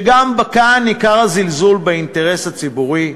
גם כאן ניכר הזלזול באינטרס הציבורי,